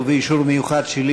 ובאישור מיוחד שלי.